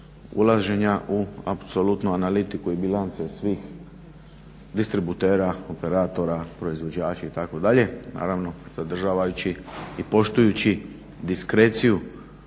ulaženja u apsolutnu analitiku i bilance svih distributera, operatora, proizvođača itd. naravno podržavajući i poštujući diskreciju